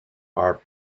are